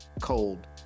cold